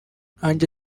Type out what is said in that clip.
nkanjye